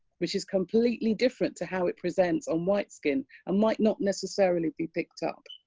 which is completely different to how it presents on white skin and might not necessarily be picked up,